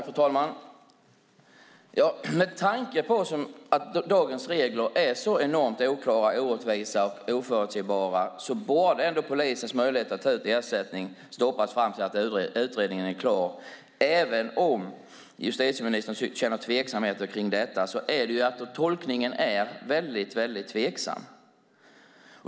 Fru talman! Med tanke på att dagens regler är så oklara, orättvisa och oförutsägbara borde polisens möjligheter att ta ut ersättning stoppas fram till dess att utredningen är klar. Även om justitieministern känner tveksamheter kring detta är tolkningen mycket tveksam.